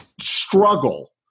struggle